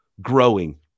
growing